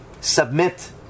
submit